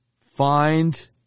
Find